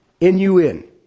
N-U-N